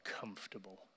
comfortable